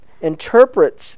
interprets